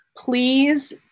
Please